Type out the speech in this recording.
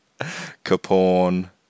Capone